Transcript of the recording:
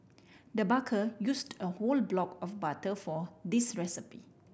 the baker used a whole block of butter for this recipe